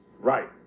Right